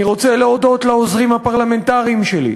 אני רוצה להודות לעוזרים הפרלמנטריים שלי: